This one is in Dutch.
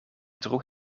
droeg